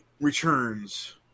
returns